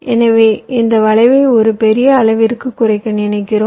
எனவே இந்த வளைவை ஒரு பெரிய அளவிற்கு குறைக்க நினைக்கிறோம்